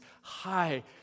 high